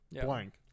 blank